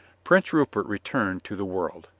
prince rupert returned to the world.